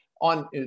on